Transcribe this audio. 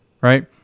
Right